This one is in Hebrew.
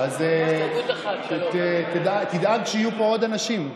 אז תדאג שיהיו פה עוד אנשים,